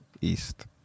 East